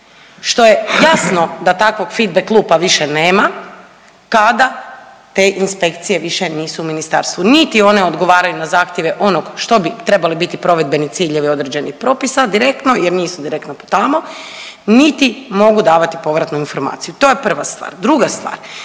što je jasno da takvog fit back kluba više nema kada te inspekcije više nisu u ministarstvu, niti one odgovaraju na zahtjeve onog što bi trebale biti provedbeni ciljevi određenih propisa direktno jer nisu direktno tamo, niti mogu davati povratnu informaciju. To je prva stvar. Druga stvar,